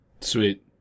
Sweet